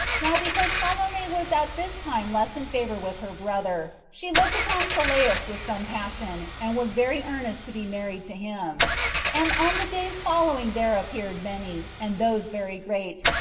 now because salome was at this time less in favor with her brother, she looked upon sylleus with some passion, and was very earnest to be married to him and on the days following there appeared many, and those very great,